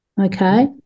okay